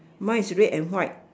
mine is red and white